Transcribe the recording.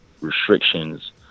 restrictions